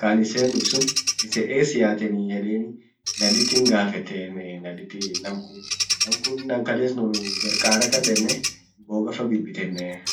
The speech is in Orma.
kaan isent duf sun isen es yaateni edeni naditin gaffete namkun ,nam kunan kales gar karafa denne mbogafa bibitenne.